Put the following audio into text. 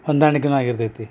ಹೊಂದಾಣಿಕೆನು ಆಗಿರ್ತೈತಿ